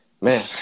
Man